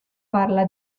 parla